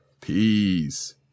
peace